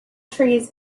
trees